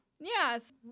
Yes